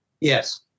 Yes